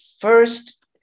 first